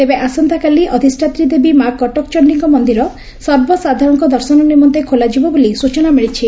ତେବେ ଆସନ୍ତାକାଲି ଅଧିଷାତ୍ରୀ ଦେବୀ ମା' କଟକ ଚଣ୍ଡୀଙ୍କ ମନ୍ଦିର ସର୍ବସାଧାରଣଙ୍କ ଦର୍ଶନ ନିମନ୍ତେ ଖୋଲାଯିବ ବୋଲି ସୂଚନା ମିଳିଛି